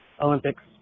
Olympics